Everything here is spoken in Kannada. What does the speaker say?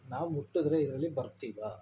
ನಾವು ಮುಟ್ಟಿದ್ರೆ ಇದರಲ್ಲಿ ಬರ್ತೀವಾ